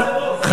למה לא על הגיוס?